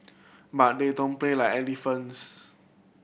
but they don't play like elephants